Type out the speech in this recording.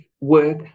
work